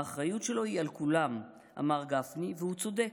האחריות שלו היא על כולם, אמר גפני, והוא צודק.